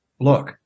look